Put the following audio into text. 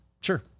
Sure